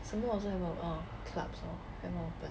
什么还没 open clubs hor haven't open